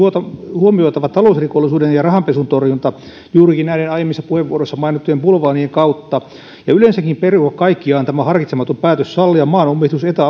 huomioitava talousrikollisuuden ja rahanpesun torjunta juurikin näiden aiemmissa puheenvuoroissa mainittujen bulvaanien kautta ja yleensäkin perua kaikkiaan tämä harkitsematon päätös sallia maan omistus suomessa eta